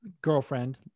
girlfriend